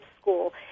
school